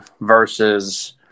versus